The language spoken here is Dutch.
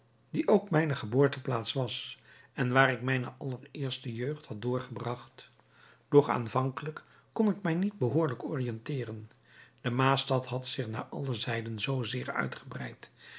die ook mijne geboorteplaats was en waar ik mijne allereerste jeugd had doorgebracht doch aanvankelijk kon ik mij niet behoorlijk orienteeren de maasstad had zich naar alle zijden zoozeer uitgebreid